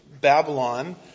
Babylon